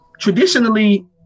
Traditionally